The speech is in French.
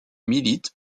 militent